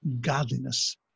godliness